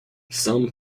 some